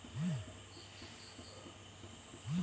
ಟೈಮಿಗೆ ಸರಿ ಹಣ ಕಟ್ಟಲಿಲ್ಲ ಅಂದ್ರೆ ಎಂಥ ಆಗುತ್ತೆ?